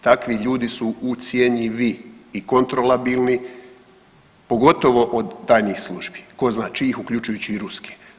Takvi ljudi su ucjenjivi i kontrolabilni, pogotovo od tajnih službi, tko zna čijih, uključujući i ruske.